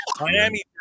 Miami